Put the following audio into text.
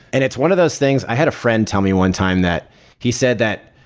and it's one of those things i had a friend tell me one time that he said that,